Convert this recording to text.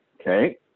Okay